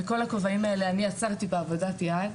ואת כל הכובעים האלה אני יצרתי בעבודת יד,